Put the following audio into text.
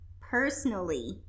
personally